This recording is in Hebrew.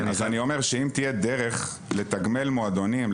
אם תהיה דרך לתגמל מועדונים,